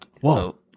Whoa